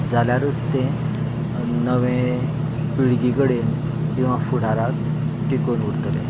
जाल्यारच तें नवे पिळगी कडेन किंवा फुडाराक टिकून उरतलें